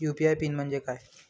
UPI PIN म्हणजे काय?